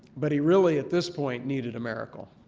but he really at this point needed a miracle.